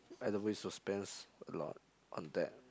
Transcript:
I don't wish to spend a lot on that